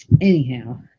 anyhow